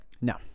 No